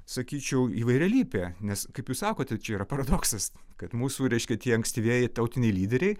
sakyčiau įvairialypė nes kaip jūs sakote čia yra paradoksas kad mūsų reiškia tie ankstyvieji tautiniai lyderiai